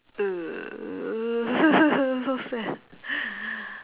err so sad